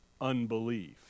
unbelief